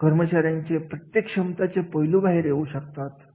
कर्मचाऱ्यांचे प्रत्येक क्षमतांचे पैलू बाहेर येऊ शकतात